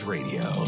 Radio